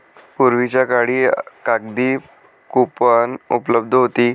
पूर्वीच्या काळी कागदी कूपन उपलब्ध होती